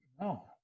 No